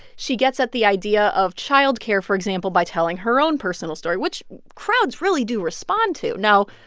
she gets at the idea of child care, for example, by telling her own personal story, which crowds really do respond to. now,